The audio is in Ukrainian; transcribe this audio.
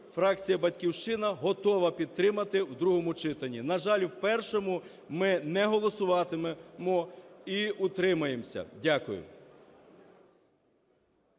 фракція Батьківщина готова підтримати у другому читанні. На жаль, у першому ми не голосуватимемо і утримаємось. Дякую.